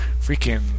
freaking